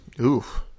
Oof